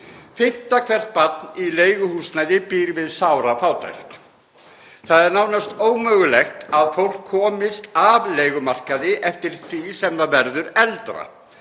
Fimmta hvert barn í leiguhúsnæði býr við sárafátækt. Það er nánast ómögulegt að fólk komist af leigumarkaði eftir því sem það verður eldra.